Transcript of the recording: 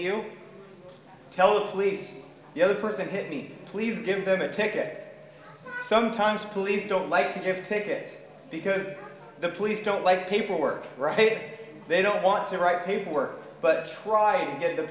you tell the police the other person hit me please give them a ticket sometimes police don't like to give tickets because the police don't like paperwork write it they don't want to write paperwork but trying to get the